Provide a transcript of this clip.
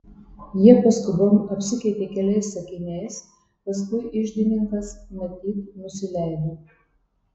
jie paskubom apsikeitė keliais sakiniais paskui iždininkas matyt nusileido